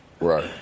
Right